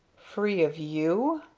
free of you?